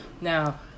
Now